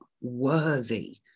worthy